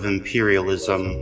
Imperialism